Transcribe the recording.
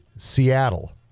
Seattle